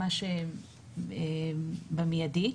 ממש במיידי.